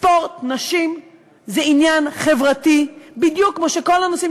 ספורט נשים זה עניין חברתי בדיוק כמו שכל הנושאים